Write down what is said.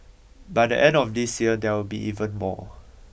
by the end of this year there will be even more